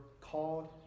called